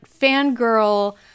fangirl